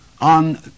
on